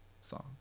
song